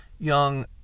young